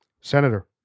Senator